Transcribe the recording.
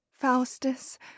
faustus